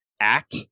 act